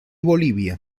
bolivia